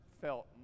felt